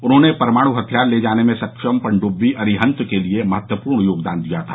उन्होंने परमाणु हथियार ले जाने में सक्षम पनडुबी अरिहंत के लिए महत्वपूर्ण योगदान दिया था